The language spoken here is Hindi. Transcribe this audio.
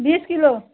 बीस किलो